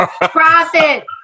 profit